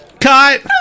Cut